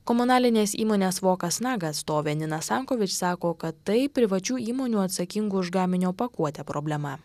komunalinės įmonės vokasnag atstovė nina sankovič sako kad tai privačių įmonių atsakingų už gaminio pakuotę problema